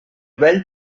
vell